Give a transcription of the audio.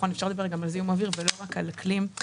אפשר לדבר גם על זיהום אוויר ולא רק על אקלים.